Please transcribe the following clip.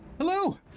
Hello